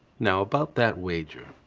now, about that wager.